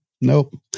Nope